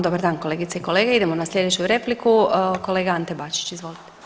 Dobar dan kolegice i kolege, idemo na slijedeću repliku, kolega Ante Bačić, izvolite.